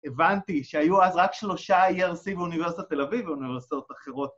הבנתי שהיו אז רק שלושה ERC באוניברסיטת תל אביב ואוניברסיטאות אחרות.